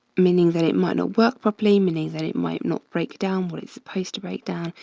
meaning that it might not work properly, meaning that it might not break down what it supposed to break down,